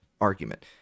argument